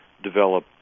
Develop